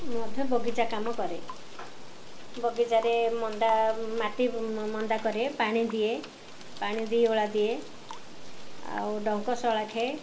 ମଧ୍ୟ ବଗିଚା କାମ କରେ ବଗିଚାରେ ମନ୍ଦା ମାଟି ମନ୍ଦା କରେ ପାଣି ଦିଏ ପାଣି ଦୁଇ ଓଳା ଦିଏ ଆଉ ଡଙ୍କ ସଳଖେ